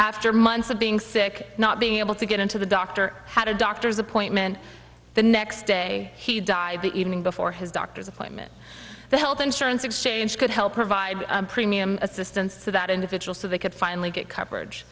after months of being sick not being able to get into the doctor had a doctor's appointment the next day he died the evening before his doctor's appointment the health insurance exchange could help provide premium assistance to that individual so they could finally get coverage